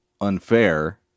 unfair